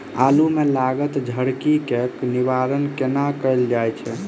आलु मे लागल झरकी केँ निवारण कोना कैल जाय छै?